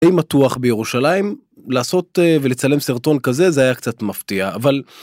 אם מתוח בירושלים לעשות ולצלם סרטון כזה זה היה קצת מפתיע אבל...